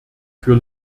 für